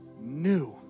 new